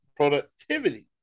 productivity